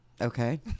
Okay